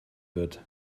wird